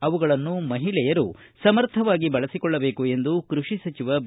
ಅವುಗಳನ್ನು ಮಹಿಳೆಯರು ಸಮರ್ಥವಾಗಿ ಬಳಸಿಕೊಳ್ಳಬೇಕು ಎಂದು ಕೃಷಿ ಸಚಿವ ಬಿ